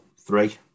three